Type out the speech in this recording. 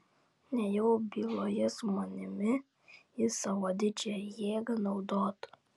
nejau byloje su manimi jis savo didžią jėgą naudotų